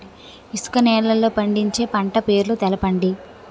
ఇసుక నేలల్లో పండించే పంట పేర్లు తెలపండి?